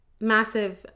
massive